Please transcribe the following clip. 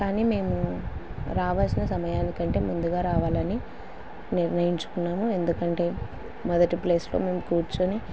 కానీ మేము రావాల్సిన సమయానికంటే ముందుగా రావాలని నిర్ణయించుకున్నాము ఎందుకంటే మొదటి ప్లేస్లో మేము కూర్చుని